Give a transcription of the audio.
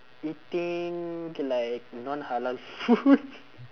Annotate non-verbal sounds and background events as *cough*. eating *noise* like non halal food